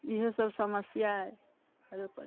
इएहसभ समस्या अइ आरो कथी